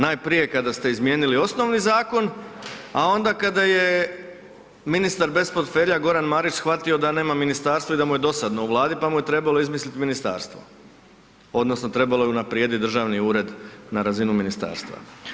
Najprije kada ste izmijenili osnovni zakon, a onda kada je ministar bez portfelja Goran Marić shvatio da nema ministarstvo i da mu je dosadno u vladi, pa mu je trebalo izmislit ministarstvo odnosno trebalo je unaprijediti državni ured na razinu ministarstva.